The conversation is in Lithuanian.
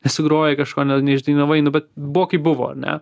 nesugrojai kažko ne neišdainavai nu bet buvo kaip buvo ar ne